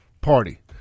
party